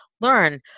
learn